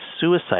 suicide